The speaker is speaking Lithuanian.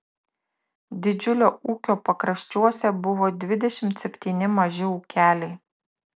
didžiulio ūkio pakraščiuose buvo dvidešimt septyni maži ūkeliai